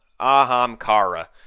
Ahamkara